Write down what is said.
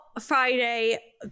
Friday